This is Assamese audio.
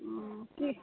কি